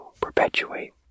perpetuate